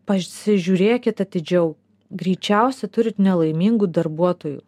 pasižiūrėkit atidžiau greičiausiai turit nelaimingų darbuotojų